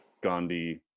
Gandhi